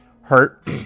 hurt